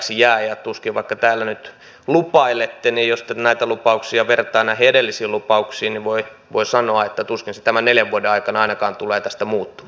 vaikka täällä nyt lupailette niin jos näitä lupauksia vertaa näihin edellisiin lupauksiin niin voi sanoa että tuskin se tämän neljän vuoden aikana ainakaan tulee tästä muuttumaan